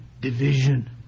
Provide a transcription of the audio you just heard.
division